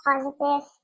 Positive